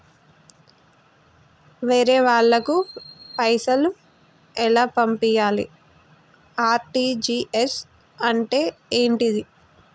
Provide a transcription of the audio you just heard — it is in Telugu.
వేరే వాళ్ళకు పైసలు ఎలా పంపియ్యాలి? ఆర్.టి.జి.ఎస్ అంటే ఏంటిది?